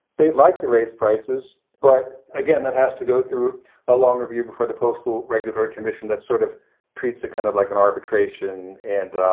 they'd like to raise prices. but again, that has to go through a longer view before the postal regulatory commission that sort of treats it kind of like an arbitration. and